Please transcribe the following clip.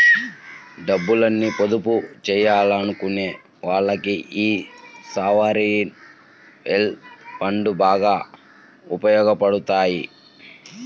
డబ్బుని పొదుపు చెయ్యాలనుకునే వాళ్ళకి యీ సావరీన్ వెల్త్ ఫండ్లు బాగా ఉపయోగాపడతాయి